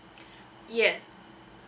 yes